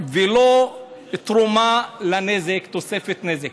ולא תרומה לנזק, תוספת נזק.